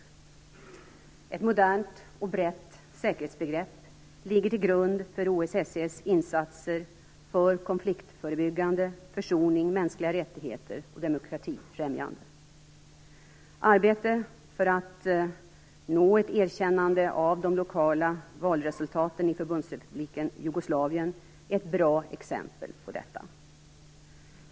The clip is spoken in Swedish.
Ett modernt och brett säkerhetsbegrepp ligger till grund för OSSE:s insatser för konfliktförebyggande, försoning, mänskliga rättigheter och demokratifrämjande. Arbetet för att nå ett erkännande av de lokala valresultaten i förbundsrepubliken Jugoslavien är ett bra exempel på detta.